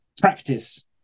practice